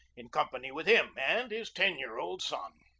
in company with him and his ten-year-old son.